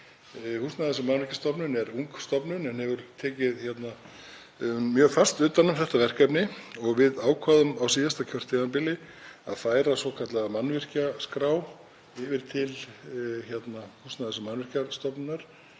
Húsnæðis- og mannvirkjastofnun er ung stofnun en hefur tekið mjög fast utan um þetta verkefni og við ákváðum á síðasta kjörtímabili að færa svokallaða mannvirkjaskrá yfir til Húsnæðis- og mannvirkjastofnunar.